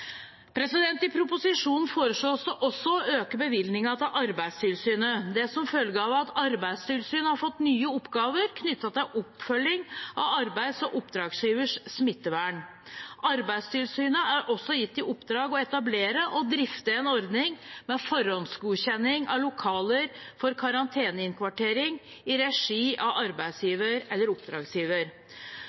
I proposisjonen foreslås det også å øke bevilgningen til Arbeidstilsynet, som følge av at Arbeidstilsynet har fått nye oppgaver knyttet til oppfølging av arbeids- eller oppdragsgivers smittevern. Arbeidstilsynet er også gitt i oppdrag å etablere og drifte en ordning med forhåndsgodkjenning av lokaler for karanteneinnkvartering i regi av arbeidsgiver eller oppdragsgiver.